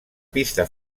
pista